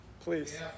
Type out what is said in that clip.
please